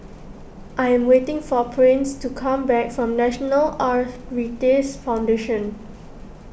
I am waiting for Prince to come back from National Arthritis Foundation